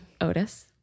Otis